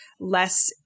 less